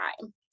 time